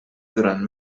durant